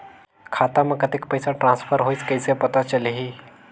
खाता म कतेक पइसा ट्रांसफर होईस कइसे पता चलही?